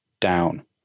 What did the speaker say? down